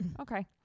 Okay